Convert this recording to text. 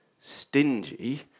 stingy